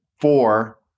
four